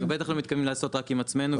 אנחנו בטח לא מתכוונים לעשות רק עם עצמנו.